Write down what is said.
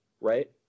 right